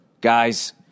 guys